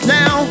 now